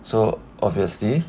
so obviously